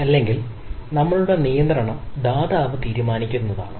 അല്ലെങ്കിൽ നമ്മളുടെ നിയന്ത്രണം ദാതാവ് തീരുമാനിക്കുന്നതാണ്